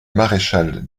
maréchal